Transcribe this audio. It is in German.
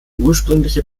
ursprüngliche